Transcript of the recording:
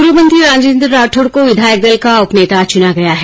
पूर्व मंत्री राजेन्द्र राठौड़ को विधायक दल का उपनेता चुना गया है